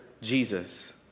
Jesus